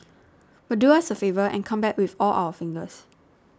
but do us a favour and come back with all your fingers